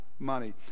Money